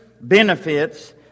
benefits